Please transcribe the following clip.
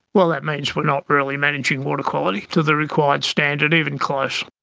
well, that means we're not really managing water quality to the required standard, even close.